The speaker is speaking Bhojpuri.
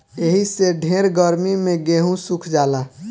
एही से ढेर गर्मी मे गेहूँ सुख जाला